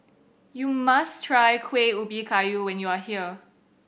you must try Kueh Ubi Kayu when you are here